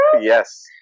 Yes